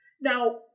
Now